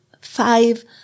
five